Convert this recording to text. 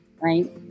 right